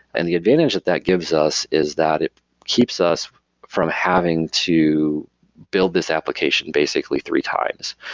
and the advantage that that gives us is that it keeps us from having to build this application basically three times.